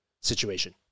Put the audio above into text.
situation